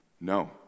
no